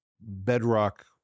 bedrock